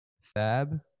fab